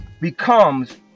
becomes